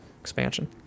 expansion